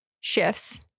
shifts